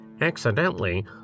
accidentally